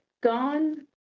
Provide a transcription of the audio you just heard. gone